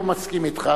הוא מסכים אתך,